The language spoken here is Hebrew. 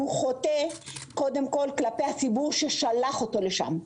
חוטא קודם כל כלפי הציבור ששלח אותו לשם.